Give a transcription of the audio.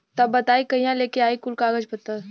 तब बताई कहिया लेके आई कुल कागज पतर?